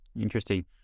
interesting